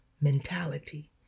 mentality